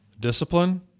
discipline